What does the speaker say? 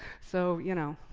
so you know.